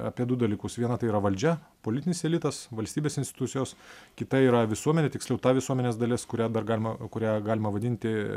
apie du dalykus viena tai yra valdžia politinis elitas valstybės institucijos kita yra visuomenė tiksliau ta visuomenės dalis kurią dar galima kurią galima vadinti